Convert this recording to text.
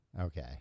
Okay